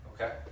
Okay